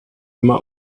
immer